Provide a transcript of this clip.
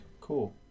cool